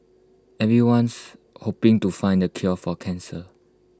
everyone's hoping to find the cure for cancer